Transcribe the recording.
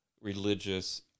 religious